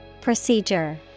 Procedure